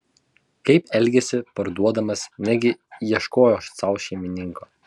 kaip elgėsi parduodamas negi ieškojo sau šeimininko